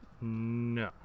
no